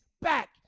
back